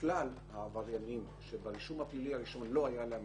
כלל העבריינים שברישום הפלילי הראשון לא היה להם